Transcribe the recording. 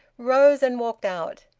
rose and walked out.